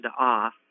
off